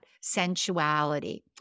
sensuality